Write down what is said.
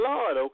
Lord